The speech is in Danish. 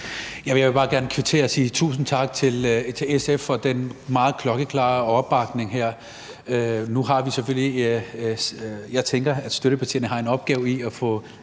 Jeg vil bare gerne kvittere og sige tusind tak til SF for den meget klokkeklare opbakning her. Jeg tænker, at støttepartierne har en opgave i at få